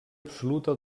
absoluta